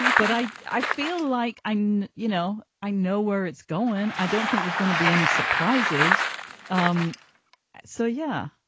but i i feel like i and you know, i know where it's going i don't think there's gonna be any surprises um so, yeah,